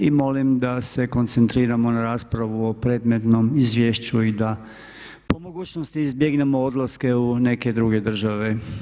I molim da se koncentriramo na raspravu o predmetnom izvješću i da po mogućnosti izbjegnemo odlaske u neke druge države.